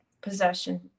possession